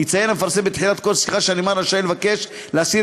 יציין המפרסם בתחילת כל שיחה שהנמען רשאי לבקש להסיר